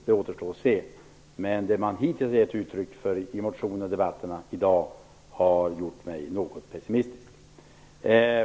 Det återstår att se, men det som det hittills getts uttryck för i motionerna och i debatten i dag har gjort mig något pessimistisk.